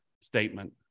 statement